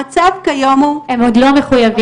המצב כיום הוא, הם עוד לא מחוייבים.